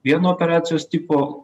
vieno operacijos tipo